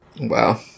Wow